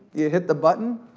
you hit the button.